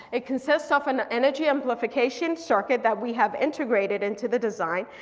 it consists of an energy simplification circuit that we have integrated into the design.